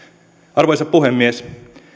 arvoisa puhemies